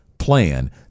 plan